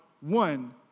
one